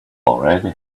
already